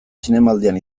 zinemaldian